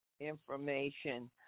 information